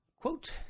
quote